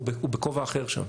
הוא בכובע אחר שם.